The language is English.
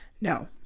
No